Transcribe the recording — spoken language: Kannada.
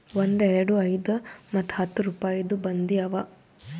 ಒಂದ್, ಎರಡು, ಐಯ್ದ ಮತ್ತ ಹತ್ತ್ ರುಪಾಯಿದು ಬಂದಿ ಅವಾ